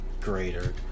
greater